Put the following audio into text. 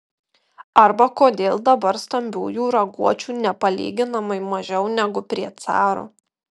arba kodėl dabar stambiųjų raguočių nepalyginamai mažiau negu prie caro